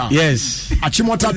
yes